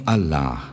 Allah